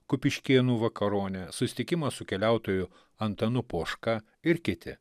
kupiškėnų vakaronė susitikimas su keliautoju antanu poška ir kiti